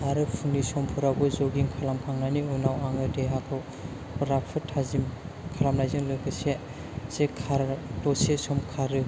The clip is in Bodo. आरो फुंनि समफोरावबो जगिं खालामखांनायनि उनाव आङो देहाखौ राफोद थाजिम खालामनायजों लोगोसे जे दसे सम खारो